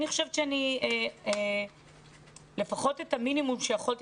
אני חושבת שאני לפחות את המינימום שיכולתי